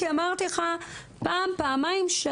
כי אמרתי לך פעם פעמיים,